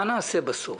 מה נעשה בסוף?